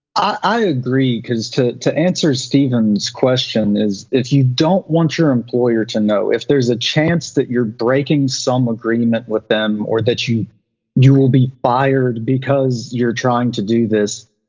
i agree, cause to to answer stephen's question, is if you don't want your employer to know, if there's a chance that you're breaking some agreement with them or that you you will be fired because you're trying to do this,